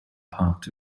parked